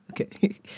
Okay